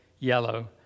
yellow